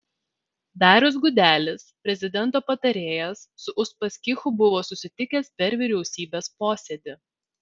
darius gudelis prezidento patarėjas su uspaskichu buvo susitikęs per vyriausybės posėdį